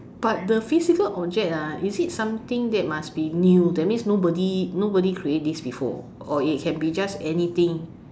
but the physical object ah is it something that must be new that means nobody nobody create this before or it can be just anything